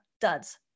duds